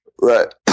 Right